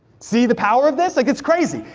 see the power of this? like, it's crazy!